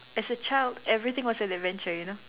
as a child everything was an adventure you know